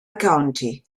county